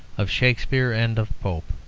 of shakespeare, and of pope.